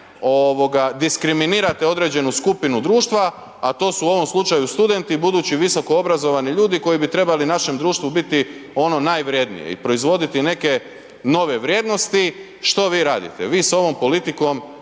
diskriminirate određenu skupinu društva a to su u ovom slučaju studenti, budući visokoobrazovani ljudi koji bi trebali našem društvu biti ono najvrjednije i proizvoditi neke nove vrijednosti. Što vi radite? Vi s ovom politikom